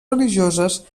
religioses